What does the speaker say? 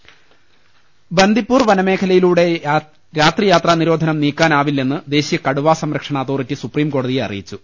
രുട്ട്ട്ട്ട്ട്ട്ട്ട ബന്ദിപ്പൂർ വനമേഖലയിലൂടെ രാത്രിയാത്രാ നിരോധനം നീക്കാനാവി ല്ലെന്ന് ദേശീയ കടുവാ സംരക്ഷണ അതോറിറ്റി സുപ്രീംകോടതിയെ അറി യിച്ചു